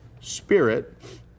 spirit